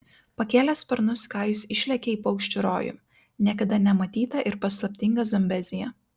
pakėlęs sparnus kajus išlekia į paukščių rojų niekada nematytą ir paslaptingą zambeziją